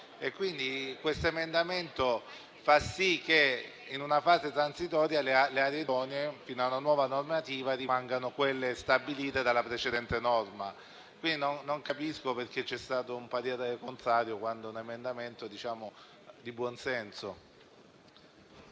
Quindi, l'emendamento 47.230 fa sì che in una fase transitoria le aree idonee, fino a nuova normativa, rimangano quelle stabilite dalla precedente norma. Non capisco perché sia stato espresso un parere contrario, quando l'emendamento è di buon senso.